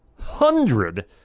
hundred